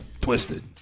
Twisted